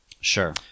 Sure